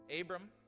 Abram